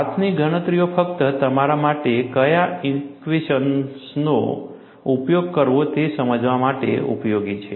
હાથની ગણતરીઓ ફક્ત તમારા માટે કયા ઇક્વેશન્સનો ઉપયોગ કરવો તે સમજવા માટે ઉપયોગી છે